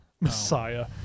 Messiah